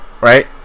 right